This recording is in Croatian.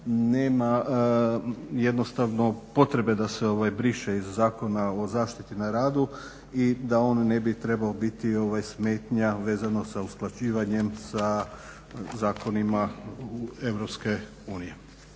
nema jednostavno potrebe da se briše iz Zakona o zaštiti na radu i da on ne bi trebao biti smetnja vezano sa usklađivanjem sa zakonima EU.